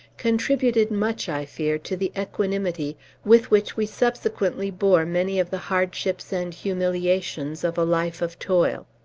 contributed much, i fear, to the equanimity with which we subsequently bore many of the hardships and humiliations of a life of toil.